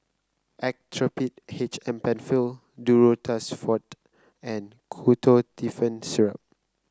Actrapid H M Penfill Duro Tuss Forte and Ketotifen Syrup